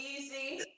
easy